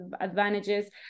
advantages